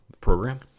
program